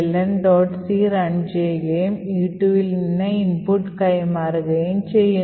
c run ചെയ്യുകയും e2 ൽ നിന്ന് ഇൻപുട്ട് കൈമാറുകയും ചെയ്യുന്നു